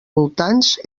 voltants